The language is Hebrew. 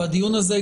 הדיון הזה,